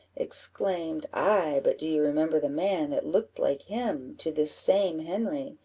exclaimed ay! but do you remember the man that looked like him to this same henry,